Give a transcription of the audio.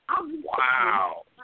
Wow